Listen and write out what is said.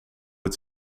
het